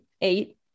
eight